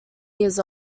years